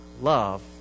love